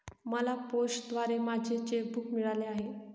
मला पोस्टाद्वारे माझे चेक बूक मिळाले आहे